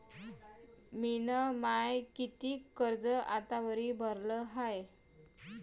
मिन माय कितीक कर्ज आतावरी भरलं हाय?